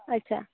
ᱟᱪᱪᱷᱟ